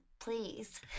Please